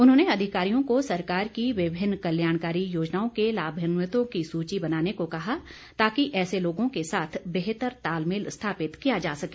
उन्होंने अधिकारियों को सरकार की विभिन्न कल्याणकारी योजनाओं के लाभान्वितों की सूची बनाने को कहा ताकि ऐसे लोगों के साथ बेहतर तालमेल स्थापित किया जा सके